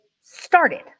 started